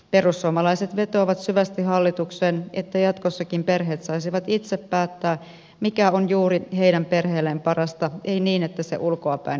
perussuomalaiset vetoavat syvästi hallitukseen että jatkossakin perheet saisivat itse päättää mikä on juuri heidän perheelleen parasta ei niin että se ulkoapäin ohjataan